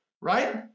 Right